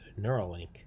Neuralink